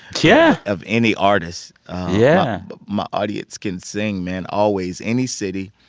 yeah. of any artist yeah my audience can sing, man always. any city,